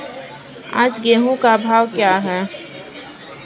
आज गेहूँ का भाव क्या है?